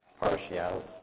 partiality